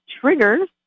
triggers